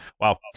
wow